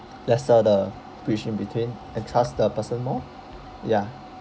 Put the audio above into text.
lesser the bridge in between and trust the person more ya